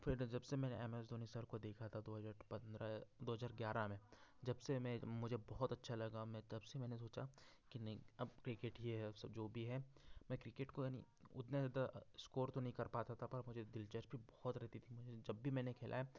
फिर जबसे मैंने एम एस धोनी सर को देखा था दो हजार पंद्रह दो हजार ग्यारह में जब से मैं मुझे बहुत अच्छा लगा मैं तबसे मैंने सोचा की नहीं अब क्रिकेट ही है सब जो भी है मैं क्रिकेट को अनी उतना ज्यादा स्कोर तो नहीं कर पाता था पर मुझे दिलचस्पी बहुत रहती थी जब भी मैंने खेला है